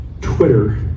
Twitter